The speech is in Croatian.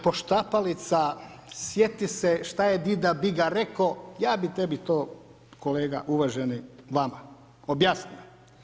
Poštapalica, sjeti se šta je dida Biga reko, ja bi tebi to kolega uvaženi vama objasnio.